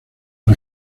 por